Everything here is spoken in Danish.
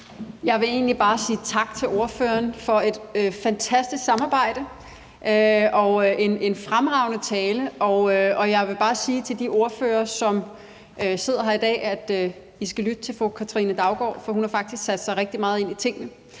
Jeg vil egentlig bare sige tak til ordføreren for et fantastisk samarbejde og en fremragende tale. Og jeg vil bare sige til de ordførere, som sidder her i dag, at de skal lytte til fru Katrine Daugaard, for hun har faktisk sat sig rigtig meget ind i tingene